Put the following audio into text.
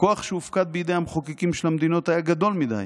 הכוח שהופקד בידי המחוקקים של המדינות היה גדול מדי,